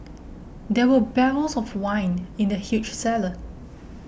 there were barrels of wine in the huge cellar